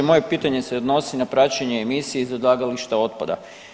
Moje pitanje se odnosi na praćenje emisije iz odlagališta otpada.